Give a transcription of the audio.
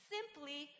Simply